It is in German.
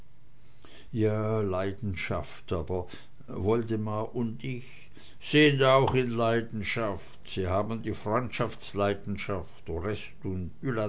ja leidenschaft aber woldemar und ich sind auch in leidenschaft sie haben die